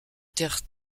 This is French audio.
terre